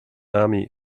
army